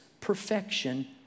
perfection